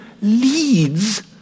leads